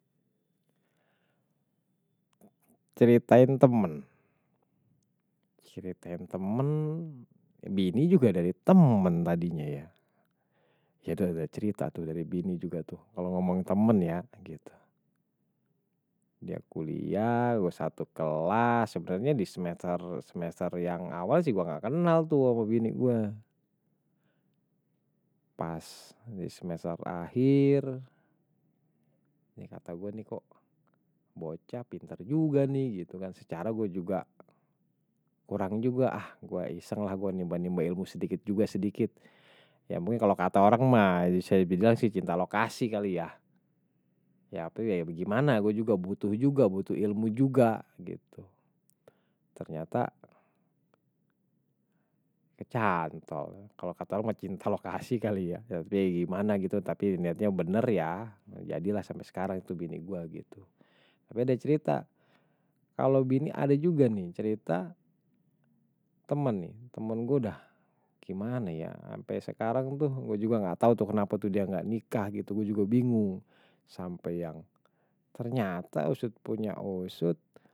Ceritain temen. Ceritain temen, bini juga dari temen tadinya ya. Ya udah ada cerita tuh dari bini juga tuh. Kalau ngomong temen ya. Dia kuliah, gue satu kelas. Sebenernya di semester yang awal sih gue gak kenal tuh sama bini gue. Pas di semester akhir. Ini kata gue nih kok bocah, pinter juga nih gitu kan. Secara gue juga kurang juga. Ah gue iseng lah gue nimbang-nimbang ilmu sedikit juga sedikit. Ya mungkin kalau kata orang mah ya bisa dibilang sih cinta lokasi kali ya. Ya apa ya gimana gue juga butuh juga, butuh ilmu juga gitu. Ternyata kecantol. Kalau kata orang mah cinta lokasi kali ya. Tapi gimana gitu. Tapi niatnya bener ya. Jadilah sampe sekarang tuh bini gue gitu. Tapi ada cerita, kalau bini ada juga nih cerita temen nih. Temen gue dah gimana ya. Ampe sekarang tuh gue juga gak tau tuh kenapa tuh dia gak nikah gitu. Gue juga bingung sampe yang ternyata usut punya usut.